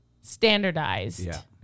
standardized